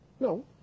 No